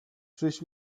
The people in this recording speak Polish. przyjść